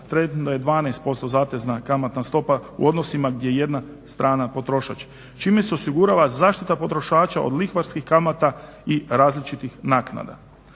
odnosima … 12% zatezna kamatna stopa u odnosima gdje je jedna strana potrošač, čime se osigurava zaštiti potrošača od lihvarskih kamata i različitih naknada.